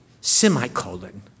semicolon